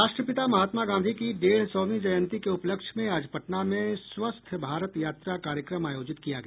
राष्ट्रपिता महात्मा गांधी की डेढ़ सौवीं जयंती के उपलक्ष्य में आज पटना में स्वस्थ भारत यात्रा कार्यक्रम आयोजित किया गया